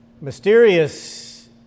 mysterious